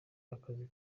akazi